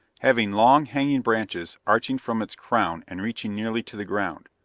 having long, hanging branches arching from its crown and reaching nearly to the ground.